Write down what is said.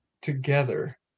together